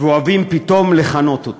ואוהבים פתאום לכנות אותו.